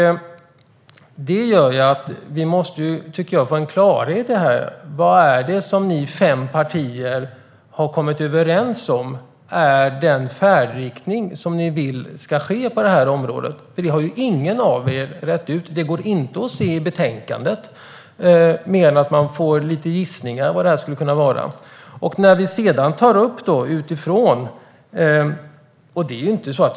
Det gör att vi måste få en klarhet här. Vad är det som ni fem partier har kommit överens om när det gäller den färdriktning som ni vill ska ske på det här området? Det har ingen av er rett ut, och det går inte att utläsa ur betänkandet, mer än lite gissningar om detta.